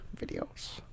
videos